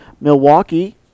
Milwaukee